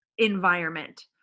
environment